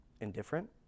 indifferent